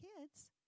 kids